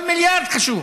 כל מיליארד חשוב.